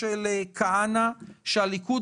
בוקר טוב לכולם.